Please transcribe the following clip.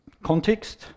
Context